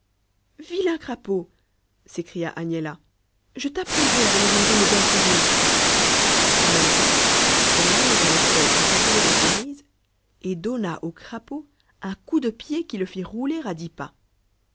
vilain crapaud s'écria agnella je t'apprendrai à venir manger mes belles cerises en même temps elle enleva les feuilles qui contenaient les cerises et donna au crapaud un coup de pied qui le fit rouler à dix pas